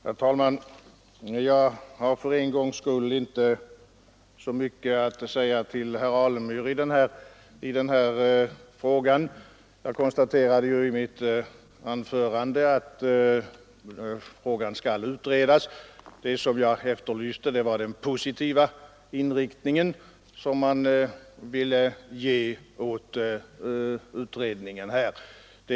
Herr talman! Jag har för en gångs skull inte så mycket att säga till herr Alemyr i den här frågan. Jag konstaterade ju i mitt anförande att frågan skall utredas. Det som jag efterlyste var den positiva inriktning som vi ville ge åt utredningen på detta område.